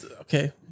Okay